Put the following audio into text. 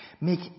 Make